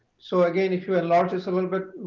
so, again, if you enlarge this a little bit.